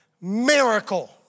Miracle